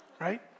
Right